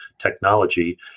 technology